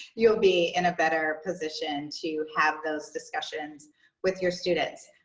you'll be in a better position to have those discussions with your students.